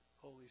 Holy